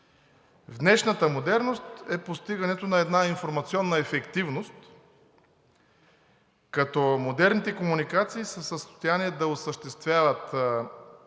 днешната модерност е постигането на една информационна ефективност, като модерните комуникации са в състояние да осъществяват